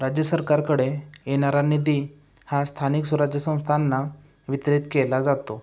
राज्य सरकारकडे येणारा निधी हा स्थानिक स्वराज्य संस्थांना वितरित केला जातो